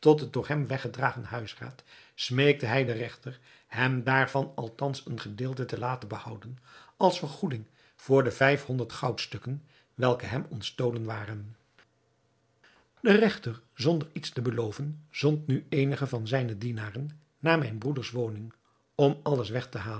door hem weggedragen huisraad smeekte hij den regter hem daarvan althans een gedeelte te laten behouden als vergoeding voor de vijf-honderd goudstukken welke hem ontstolen waren de regter zonder iets te beloven zond nu eenige van zijne dienaren naar mijn broeders woning om alles weg te halen